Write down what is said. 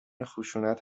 خشونت